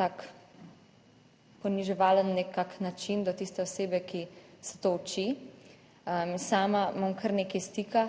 tak poniževalen nekako način do tiste osebe, ki se to uči. Sama imam kar nekaj stika